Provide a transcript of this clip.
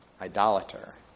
idolater